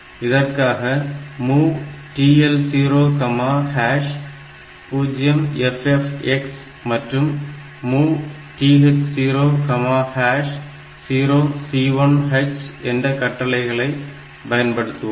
இதற்காக MOV TL00FFX மற்றும் MOV TH00C1 H என்ற கட்டளைகளை பயன்படுத்துவோம்